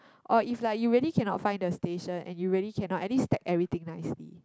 oh if like you really cannot find the station and you really cannot at least pack everything nicely